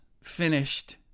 finished